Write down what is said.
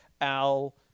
Al